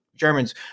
Germans